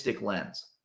lens